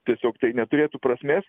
tiesiog tai neturėtų prasmės